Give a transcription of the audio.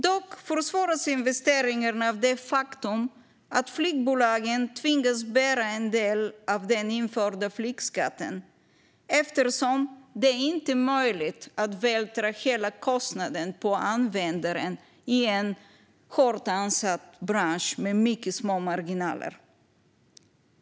Dock försvåras investeringarna av det faktum att flygbolagen tvingas bära en del av den införda flygskatten, eftersom det inte är möjligt att vältra över hela kostnaden på passagerarna i en hårt ansatt bransch med mycket små marginaler.